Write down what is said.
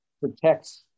protects